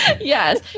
Yes